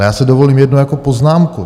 Ale já si dovolím jednu poznámku.